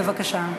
בבקשה.